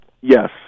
Yes